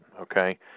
okay